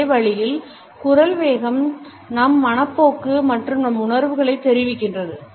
அதே வழியில் குரல் வேகம் நம் மனப்போக்கு மற்றும் நம் உணர்வுகளை தெரிவிக்கிறது